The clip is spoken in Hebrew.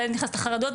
והילד נכנס לחרדות,